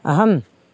अहं